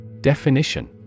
Definition